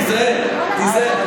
תיזהר, תיזהר.